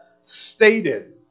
stated